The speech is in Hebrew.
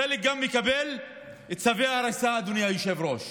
חלק גם מקבלים צווי הריסה, אדוני היושב-ראש.